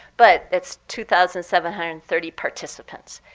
but it's two thousand seven hundred and thirty participants.